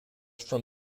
from